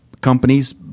companies